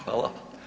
Hvala.